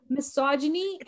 Misogyny